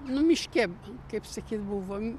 nu miške kaip sakyt buvo